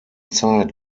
zeit